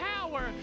power